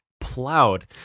plowed